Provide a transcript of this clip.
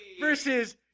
versus